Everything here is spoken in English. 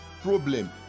problem